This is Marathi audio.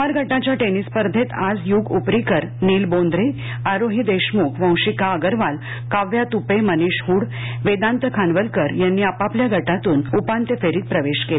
कुमार गटाच्या टेनिस स्पर्धेंत आज युग उपरीकर निल बोंद्रे आरोही देशमुख वंशिका अगरवाल काव्या त्पे मनिश हुड वेदांत खानवलकर यांनी आपापल्या गटातुन उपांत्य फेरीत प्रवेश केला